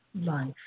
life